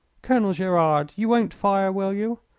colonel gerard, you won't fire, will you?